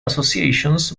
associations